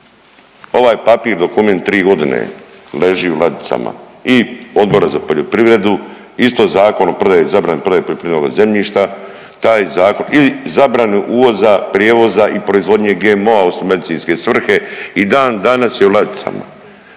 Ovaj papir dokument 3.g. leži u ladicama i Odbora za poljoprivredu, isto Zakon o prodaji, zabrani poljoprivrednoga zemljišta, taj zakon i zabrani uvoza, prijevoza i proizvodnje GMO-a osim u medicinske svrhe i dan danas je u ladicama,